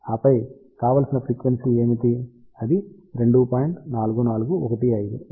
ఆపై కావలసిన ఫ్రీక్వెన్సీ ఏమిటి అది 2